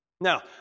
Now